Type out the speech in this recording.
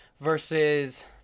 versus